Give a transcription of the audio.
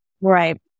Right